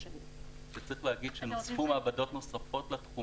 צריך להגיד שנוספו מעבדות נוספות לתחום